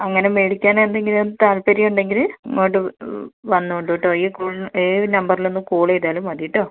അങ്ങനെ മേടിക്കാൻ എന്തെങ്കിലും താൽപ്പര്യം ഉണ്ടെങ്കിൽ ഇങ്ങോട്ട് വന്നോളൂ കേട്ടോ ഈ കോളൊന്ന് ഏത് നമ്പറിൽ ഒന്ന് കോൾ ചെയ്താലും മതി കേട്ടോ